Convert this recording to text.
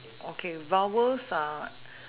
okay vowels are